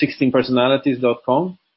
16personalities.com